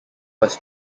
was